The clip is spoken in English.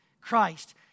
Christ